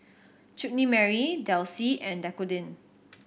Chutney Mary Delsey and Dequadin